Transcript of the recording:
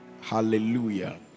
Hallelujah